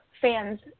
fans